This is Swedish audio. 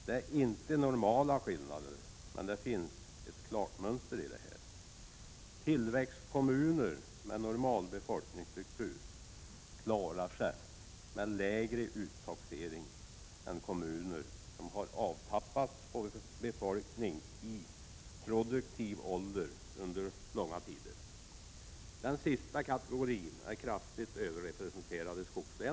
Det är inte normala skillnader, men det finns ett klart mönster i det. Tillväxtkommuner med normal befolkningsstruktur klarar sig med lägre uttaxering än kommuner som under långa tider har avtappats på befolkning i produktiv ålder. Den sista kategorin är kraftigt överrepresenterad i skogslänen.